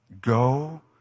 Go